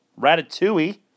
Ratatouille